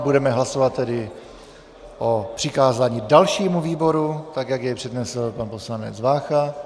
Budeme hlasovat tedy o přikázání dalšímu výboru tak, jak jej přednesl pan poslanec Vácha.